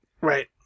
Right